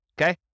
Okay